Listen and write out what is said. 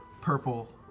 purple